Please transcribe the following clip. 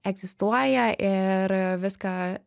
egzistuoja ir viską